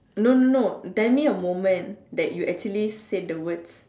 no no no tell me a moment that you actually said the words